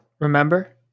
remember